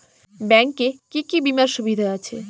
Bank এ কি কী বীমার সুবিধা আছে?